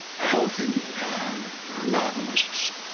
healthy novelists.